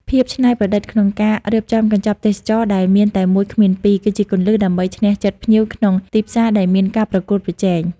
ភាពច្នៃប្រឌិតក្នុងការរៀបចំកញ្ចប់ទេសចរណ៍ដែលមានតែមួយគ្មានពីរ គឺជាគន្លឹះដើម្បីឈ្នះចិត្តភ្ញៀវក្នុងទីផ្សារដែលមានការប្រកួតប្រជែង។